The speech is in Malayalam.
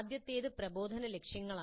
ആദ്യത്തേത് പ്രബോധന ലക്ഷ്യങ്ങളാണ്